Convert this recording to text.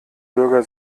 bürger